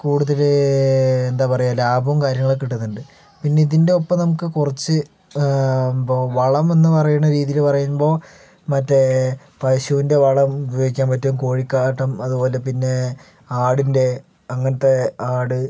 കൂടുതൽ എന്താ പറയുക ലാഭവും കാര്യങ്ങളൊക്കെ കിട്ടുന്നുണ്ട് പിന്നെ ഇതിൻ്റെ ഒപ്പം നമുക്ക് കുറച്ച് വളമെന്ന് പറയണ രീതിയിൽ പറയുമ്പോൾ മറ്റേ പശൂൻ്റെ വളം ഉപയോഗിക്കാൻ പറ്റും കോഴിക്കാട്ടം അതുപോലെ പിന്നെ ആടിൻ്റെ അങ്ങനത്തെ ആട്